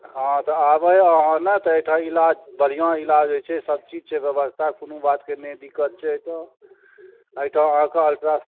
हँ तऽ अयबै अहाँ तऽ एहिठाम इलाज बढ़िआँ इलाज होइत छै सब चीज छै बेवस्था कोनो बातके नहि दिक्कत छै एहिठाम एहिठाम अहाँकऽ अल्ट्रा